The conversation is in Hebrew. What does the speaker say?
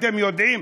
אתם יודעים,